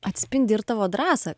atspindi ir tavo drąsą